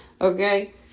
Okay